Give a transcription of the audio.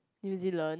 New Zealand